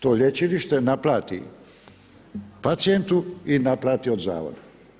To lječilište naplati pacijentu i naplati od zavoda.